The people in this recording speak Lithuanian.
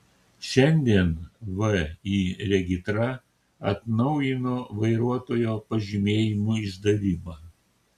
šiandien vį regitra atnaujino vairuotojo pažymėjimų išdavimą